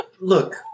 look